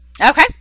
Okay